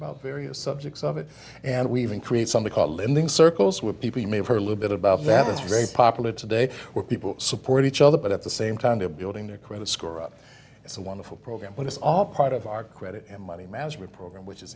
about various subjects of it and we even create something called living circles where p p may have heard a little bit about that is very popular today where people support each other but at the same time they're building their credit score up it's a wonderful program but it's all part of our credit and money management program which is